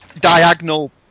diagonal